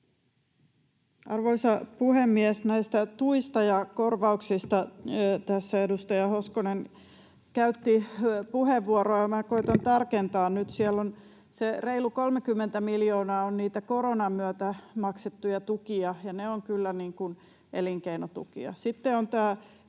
Arvoisa puhemies! Näistä tuista ja korvauksista tässä edustaja Hoskonen käytti puheenvuoron. Minä koitan tarkentaa nyt. Siellä on se reilu 30 miljoonaa niitä koronan myötä maksettuja tukia, ja ne ovat kyllä elinkeinotukia.